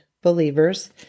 Believers